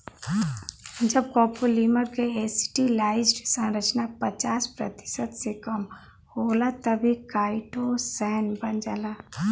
जब कॉपोलीमर क एसिटिलाइज्ड संरचना पचास प्रतिशत से कम होला तब इ काइटोसैन बन जाला